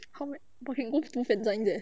how much !whoa! can go full and sign eh